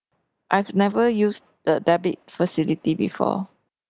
I've never used the debit facility before